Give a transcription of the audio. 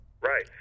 Right